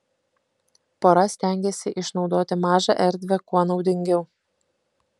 pora stengėsi išnaudoti mažą erdvę kuo naudingiau